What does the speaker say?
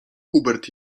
hubert